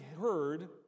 heard